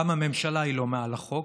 גם הממשלה היא לא מעל לחוק.